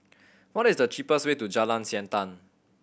what is the cheapest way to Jalan Siantan